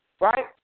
right